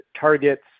targets